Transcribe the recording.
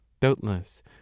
doubtless